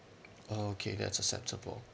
okay that's acceptable